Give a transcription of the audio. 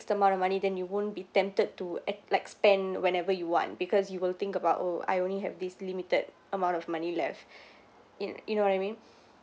amount of money then you won't be tempted to act like spend whenever you want because you will think about oh I only have this limited amount of money left you you know what I mean